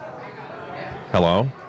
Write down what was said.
Hello